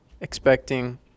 expecting